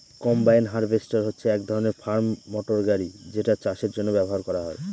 combine harvester হচ্ছে এক ধরনের ফার্ম মটর গাড়ি যেটা চাষের জন্য ব্যবহার করা হয়